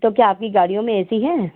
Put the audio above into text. तो क्या आपकी गाड़ियों में ए सी है